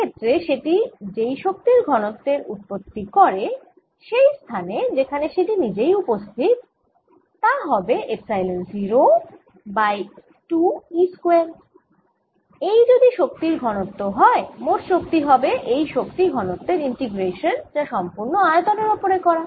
সে ক্ষেত্রে সেটি যেই শক্তি ঘনত্বের উৎপত্তি করে সেই স্থানে যেখানে সেটি নিজেই উপস্থিত তা হবে এপসাইলন 0 বাই 2 E স্কয়ার এই যদি শক্তির ঘনত্ব হয় মোট শক্তি হবে এই শক্তি ঘনত্বের ইন্টিগ্রেশান যা সম্পুর্ন আয়তনের ওপরে করা